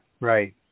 Right